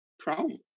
chrome